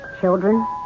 children